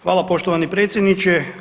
Hvala poštovani predsjedniče.